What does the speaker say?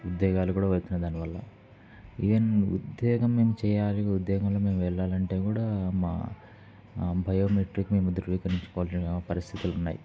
ఉద్యోగాలు కూడా పోతున్నాయి దానివల్ల ఈవెన్ ఉద్యోగం మేము చేయాలి ఉద్యోగంలో మేము వెళ్ళాలంటే కూడా మా బయోమెట్రిక్ మేము ధృవీకరించుకోవలనే పరిస్థితులు ఉన్నాయి